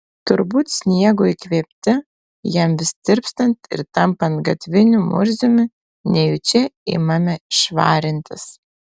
turbūt sniego įkvėpti jam vis tirpstant ir tampant gatviniu murziumi nejučia imame švarintis